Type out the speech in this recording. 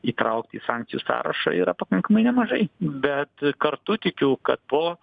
įtraukti į sankcijų sąrašą yra pakankamai nemažai bet kartu tikiu kad po